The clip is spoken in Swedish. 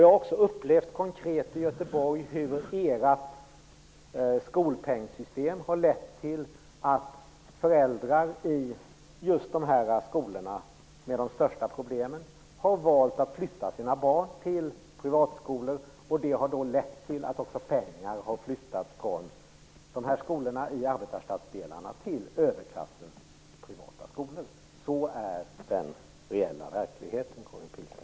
Jag har också konkret upplevt i Göteborg hur ert skolpengssystem har lett till att föräldrar i de skolor som har de största problemen har valt att flytta sina barn till privatskolor, vilket har lett till att pengar har flyttas från skolor i arbetarstadsdelar till överklassens privata skolor. Så är den reella verkligheten, Karin